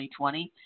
2020